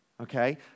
okay